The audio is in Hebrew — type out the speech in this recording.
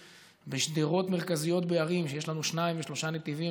ושדרות מרכזיות בערים שיש בהן שניים ושלושה נתיבים.